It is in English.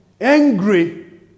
angry